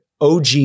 OG